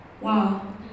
Wow